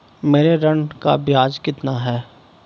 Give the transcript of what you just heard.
मेरे ऋण का ब्याज कितना है?